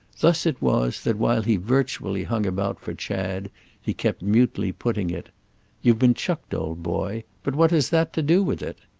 thus it was that while he virtually hung about for chad he kept mutely putting it you've been chucked, old boy but what has that to do with it?